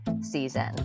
season